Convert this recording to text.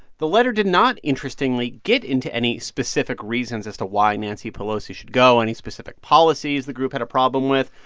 the letter did not, interestingly, get into any specific reasons as to why nancy pelosi should go, any specific policies the group had a problem with.